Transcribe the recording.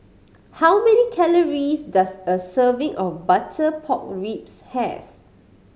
how many calories does a serving of butter pork ribs have